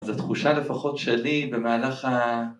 זו תחושה, לפחות שלי, במהלך ה...